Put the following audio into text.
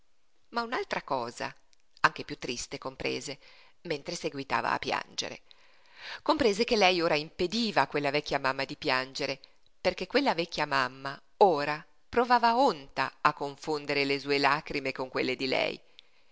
ma un'altra cosa anche piú triste comprese mentre seguitava a piangere comprese che lei ora impediva a quella vecchia mamma di piangere perché quella vecchia mamma ora provava onta a confondere le sue lagrime con quelle di lei